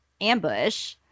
ambush